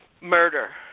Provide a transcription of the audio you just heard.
murder